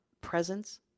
presence